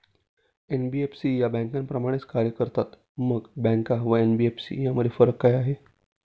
NBFC या बँकांप्रमाणेच कार्य करतात, मग बँका व एन.बी.एफ.सी मध्ये काय फरक आहे?